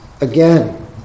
again